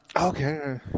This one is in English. Okay